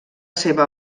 seva